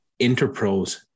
Interpros